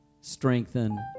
strengthen